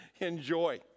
enjoy